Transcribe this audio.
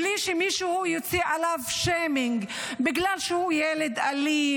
בלי שמישהו יוציא עליו שיימינג בגלל שהוא ילד אלים,